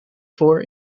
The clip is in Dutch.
voor